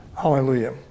Hallelujah